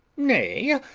nay,